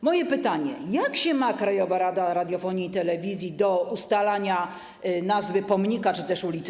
Moje pytanie: Jak się ma Krajowa Rada Radiofonii i Telewizji do ustalania nazwy pomnika czy też ulicy?